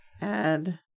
Add